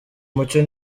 mucyo